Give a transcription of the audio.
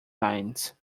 lines